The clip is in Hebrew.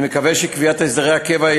אני מקווה שקביעת הסדרי הקבע,